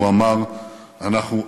הוא אמר: אנחנו עם,